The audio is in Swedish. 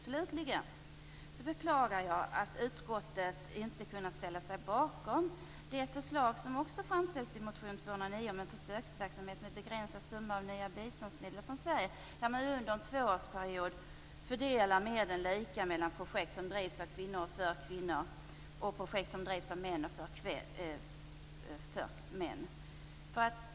Slutligen beklagar jag att utskottet inte har kunnat ställa sig bakom det förslag som framställs i motion U209 och som handlar om en försöksverksamhet med en begränsad summa av nya biståndsmedel från Sverige, innebärande att man under en tvåårsperiod fördelar medlen lika mellan projekt som drivs av och för kvinnor och går till kvinnor och projekt som drivs av och för män.